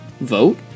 vote